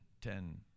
ten